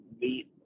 meet